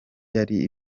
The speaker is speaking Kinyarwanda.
yari